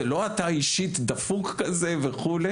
זה לא אתה אישית דפוק כזה וכו',